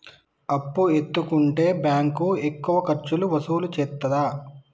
అప్పు ఎత్తుకుంటే బ్యాంకు ఎక్కువ ఖర్చులు వసూలు చేత్తదా?